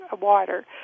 water